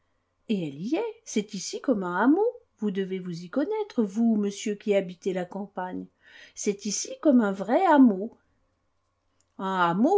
et elle y est c'est ici comme un hameau vous devez vous y connaître vous monsieur qui habitez la campagne c'est ici comme un vrai